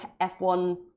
F1